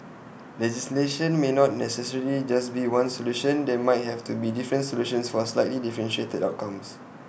legislation may not necessarily just be one solution there might have to be different solutions for slightly differentiated outcomes